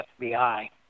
FBI